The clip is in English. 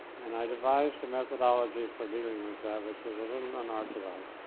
and i devised a methodology for dealing with that, which was a little unorthodox.